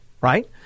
Right